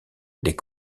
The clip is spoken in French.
les